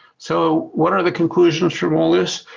so what are the conclusions from all this?